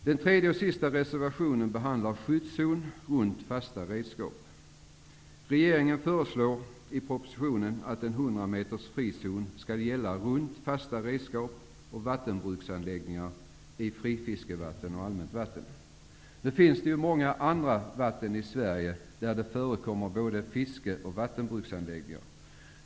Den tredje och sista reservationen behandlar skyddszon runt fasta redskap. Regeringen föreslår i propositionen att en 100 meters frizon skall gälla runt fasta redskap och vattenbruksanläggningar i frifiskevatten och allmänt vatten. Nu finns det många andra vatten i Sverige där det förekommer både fiske och vattenbruksanläggningar.